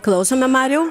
klausome mariau